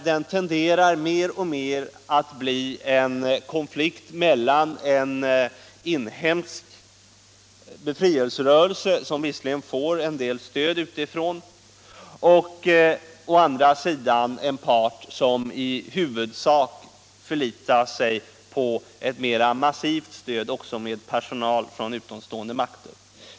Den tenderar mer och mer att bli en konflikt mellan en inhemsk befrielserörelse, som visserligen får en del stöd utifrån, och en part som i huvudsak förlitar sig på ett mera massivt stöd — också med personal — från utomstående makter.